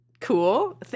Cool